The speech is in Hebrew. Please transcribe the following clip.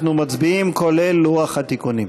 מצביעים, כולל לוח התיקונים.